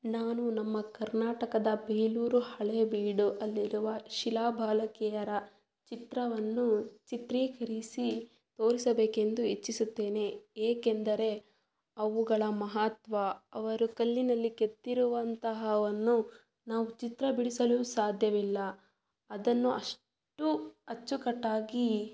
ನಾನು ನಮ್ಮ ಕರ್ನಾಟಕದ ಬೇಲೂರು ಹಳೇಬೀಡು ಅಲ್ಲಿರುವ ಶಿಲಾಬಾಲಿಕೆಯರ ಚಿತ್ರವನ್ನು ಚಿತ್ರೀಕರಿಸಿ ತೋರಿಸಬೇಕೆಂದು ಇಚ್ಛಿಸುತ್ತೇನೆ ಏಕೆಂದರೆ ಅವುಗಳ ಮಹತ್ವ ಅವರು ಕಲ್ಲಿನಲ್ಲಿ ಕೆತ್ತಿರುವಂತಹವನ್ನು ನಾವು ಚಿತ್ರ ಬಿಡಿಸಲು ಸಾಧ್ಯವಿಲ್ಲ ಅದನ್ನು ಅಷ್ಟು ಅಚ್ಚುಕಟ್ಟಾಗಿ